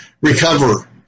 recover